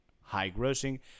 high-grossing